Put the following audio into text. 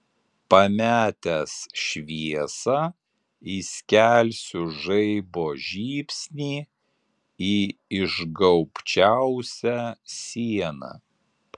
pametęs šviesą įskelsiu žaibo žybsnį į išgaubčiausią sieną